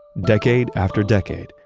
decade after decade,